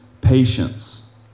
patience